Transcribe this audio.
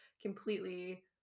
completely